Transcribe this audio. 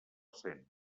cent